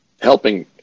helping